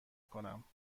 کنم